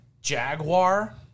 Jaguar